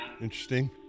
interesting